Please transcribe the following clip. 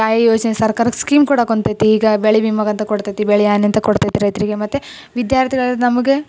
ಯಾ ಯೋಜನೆ ಸರ್ಕಾರಕ್ಕೆ ಸ್ಕೀಮ್ ಕೊಡಾಕುಂತೈತೆ ಈಗ ಬೆಳೆ ವಿಮಾಗೆ ಅಂತ ಕೊಡ್ತೈತೆ ಬೆಳೆ ಹಾನಿ ಅಂತ ಕೊಡ್ತೈತೆ ರೈತರಿಗೆ ಮತ್ತೆ ವಿದ್ಯಾರ್ಥಿಗಳಾದ ನಮಗೆ